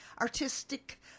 artistic